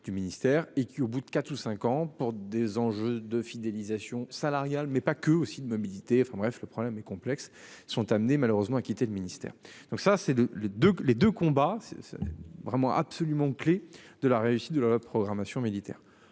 du ministère et qui au bout de 4 ou 5 ans pour des enjeux de fidélisation salariales mais pas qu'eux aussi de mobilité enfin bref. Le problème est complexe, sont amenés malheureusement a quitté le ministère. Donc ça, c'est de les, de les de combats. Vraiment, absolument clé de la réussite de la programmation militaire.